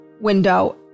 window